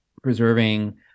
Preserving